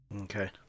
Okay